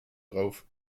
drauf